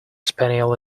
spaniel